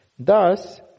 Thus